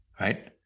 right